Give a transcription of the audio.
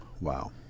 Wow